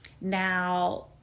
Now